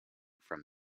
from